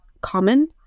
common